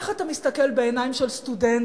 איך אתה מסתכל בעיניים של סטודנטים,